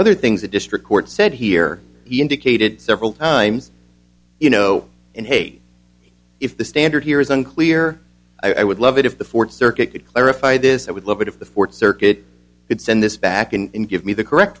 other things the district court said here he indicated several times you know and hey if the standard here is unclear i would love it if the fourth circuit could clarify this i would love it if the fourth circuit would send this back and give me the correct